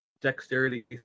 dexterity